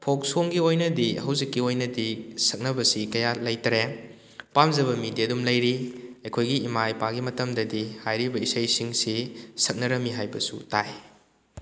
ꯐꯣꯛ ꯁꯣꯡꯒꯤ ꯑꯣꯏꯅꯗꯤ ꯍꯧꯖꯤꯛ ꯑꯣꯏꯅꯗꯤ ꯁꯛꯅꯕꯁꯤ ꯀꯌꯥ ꯂꯩꯇꯔꯦ ꯄꯥꯝꯖꯕ ꯃꯤꯗꯤ ꯑꯗꯨꯝ ꯂꯩꯔꯤ ꯑꯩꯈꯣꯏꯒꯤ ꯏꯃꯥ ꯏꯄꯥꯒꯤ ꯃꯇꯝꯗꯗꯤ ꯍꯥꯏꯔꯤꯕ ꯏꯁꯩꯁꯤꯡꯁꯤ ꯁꯛꯅꯔꯝꯃꯤ ꯍꯥꯏꯕꯁꯨ ꯇꯥꯏ